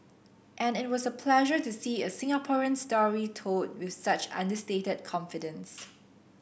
and it was a pleasure to see a Singaporean story told with such understated confidence